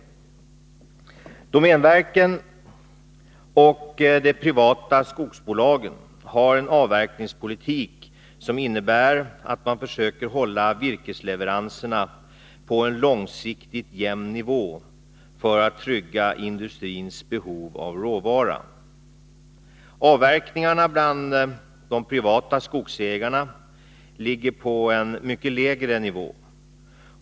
Domänverket och de privata skogsbolagen har en avverkningspolitik som innebär att man försöker hålla virkesleveranserna på en långsiktigt jämn nivå för att trygga industrins behov av råvara. Skogsavverkningarna bland de privata skogsägarna ligger på en mycket lägre nivå.